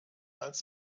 als